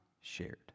shared